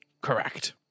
Correct